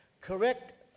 correct